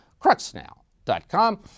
cruxnow.com